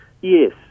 Yes